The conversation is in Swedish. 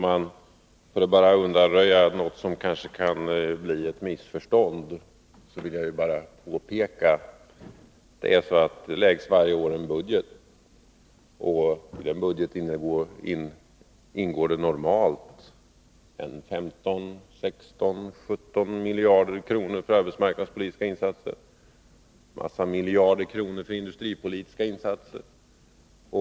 Herr talman! För att undvika missförstånd vill jag bara påpeka att det varje år framläggs en budget, och i den budgeten ingår det normalt 15-17 miljarder kronor till arbetsmarknadspolitiska insatser, och många miljarder kronor till industripolitiska insatser.